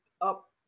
up